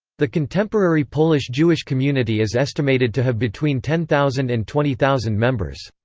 the contemporary polish jewish community is estimated to have between ten thousand and twenty thousand members.